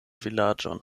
vilaĝon